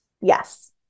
Yes